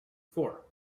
four